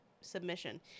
submission